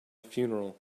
funeral